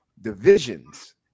divisions